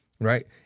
Right